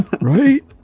right